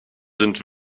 sind